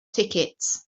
tickets